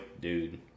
dude